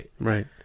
Right